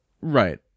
Right